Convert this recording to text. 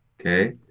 Okay